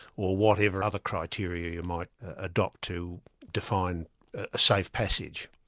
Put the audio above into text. or whatever other criteria you might adopt to define a safe passage.